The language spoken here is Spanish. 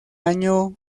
año